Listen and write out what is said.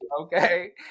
Okay